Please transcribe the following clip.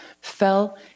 fell